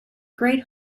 great